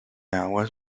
aguas